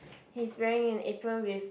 he's wearing an apron with